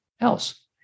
else